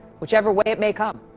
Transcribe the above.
whichever way it may come.